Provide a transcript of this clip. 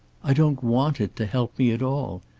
i don't want it to help me at all.